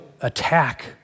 attack